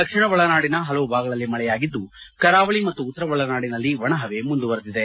ದಕ್ಷಿಣ ಒಳನಾಡಿನ ಪಲವು ಭಾಗಗಳಲ್ಲಿ ಮಳೆಯಾಗಿದ್ದು ಕರಾವಳಿ ಮತ್ತು ಉತ್ತರ ಒಳನಾಡಿನಲ್ಲಿ ಒಣ ಪವೆ ಮುಂದುವರೆದಿದೆ